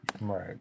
Right